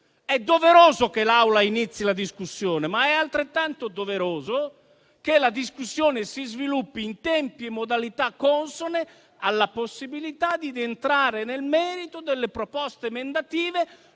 È doveroso che l'Aula inizi la discussione, ma è altrettanto doveroso che la discussione si sviluppi in tempi e modalità consoni alla possibilità di entrare nel merito delle proposte emendative,